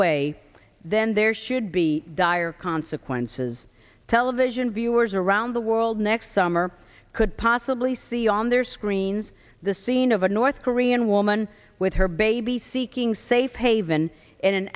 way then there should be dire consequences television viewers around the world next summer could possibly see on their screens the scene of a north korean woman with her baby seeking safe haven